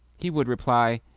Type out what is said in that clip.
he would reply,